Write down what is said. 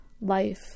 life